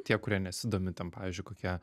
tie kurie nesidomi ten pavyzdžiui kokia